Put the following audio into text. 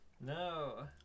No